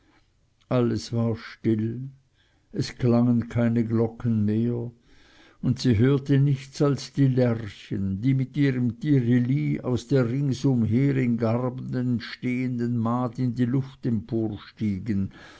alles war still es klangen keine glocken mehr und sie hörte nichts als die lerchen die mit ihrem tirili aus der ringsumher in garben stehenden mahd in die luft